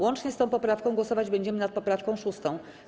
Łącznie z tą poprawką głosować będziemy nad poprawką 6.